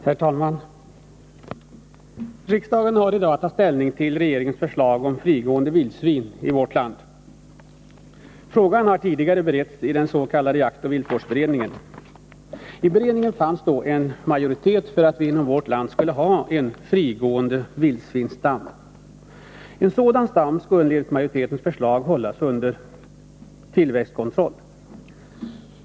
Herr talman! Riksdagen har i dag att ta ställning till regeringens förslag om frigående vildsvin i vårt land. Frågan har tidigare beretts i den s.k. jaktoch viltvårdsberedningen. I beredningen fanns en majoritet för att vi inom landet skulle ha en frigående vildsvinsstam. En sådan stam skulle enligt majoritetens förslag hållas under tillväxtkontroll.